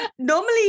normally